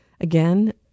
Again